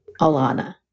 Alana